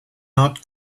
not